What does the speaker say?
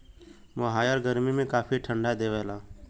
मोहायर गरमी में काफी ठंडा देवला